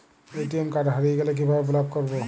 ATM card হারিয়ে গেলে কিভাবে ব্লক করবো?